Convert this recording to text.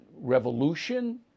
revolution